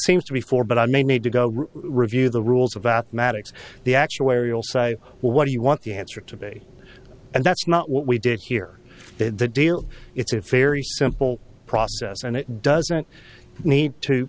seems to be four but i may need to go review the rules about maddux the actuarial say what do you want the answer to be and that's not what we did here did the deal it's a very simple process and it doesn't need to